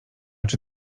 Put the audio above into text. czy